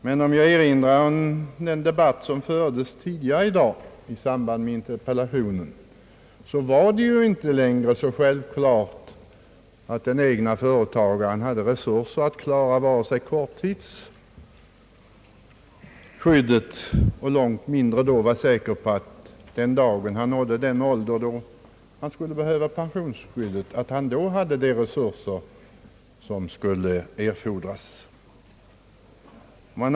Men i den interpellationsdebatt som fördes tidigare i dag framhölls att det inte längre är så självklart att den egna företagaren hade resurser att klara korttidsskyddet eller — långt mindre — kunde vara säker på att han den dag han nådde den ålder då han behövde pensionsskyddet hade de resurser som skulle erfordras.